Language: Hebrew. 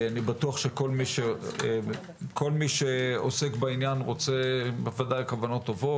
בטוח שכל מי שעוסק בעניין רוצה ודאי כוונות טובות.